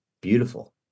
beautiful